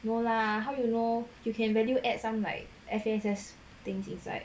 no lah how you know you can value add some like F_A_S_S things inside